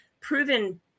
proven